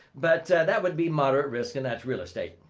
but that would be moderate risk and that's real estate.